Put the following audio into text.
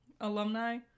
alumni